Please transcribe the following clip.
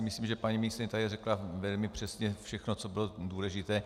Myslím, že paní ministryně tady řekla velmi přesně všechno, co bylo důležité.